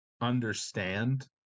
understand